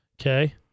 Okay